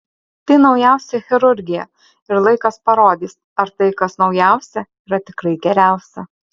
tai naujausia chirurgija ir laikas parodys ar tai kas naujausia yra tikrai geriausia